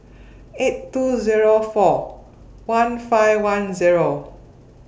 eight two Zero four one five one Zero